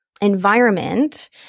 environment